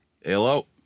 hello